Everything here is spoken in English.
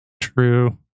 True